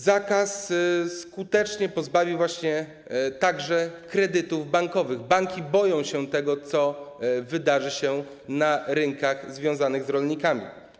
Zakaz skutecznie pozbawił także kredytów bankowych - banki boją się tego, co wydarzy się na rynkach związanych z rolnikami.